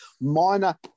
minor